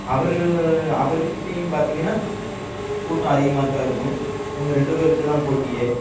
அவர் அவருக்கிட்டேயும் பார்த்தீங்கன்னா கூட்டம் அதிகமாகத்தான் இருக்கும் இவங்க ரெண்டு பேருக்கு தான் போட்டியே